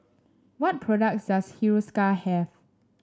what products does Hiruscar have